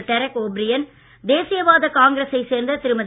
Derek O'Brien தேசியவாத காங்கிரசைச் சேர்ந்த திருமதி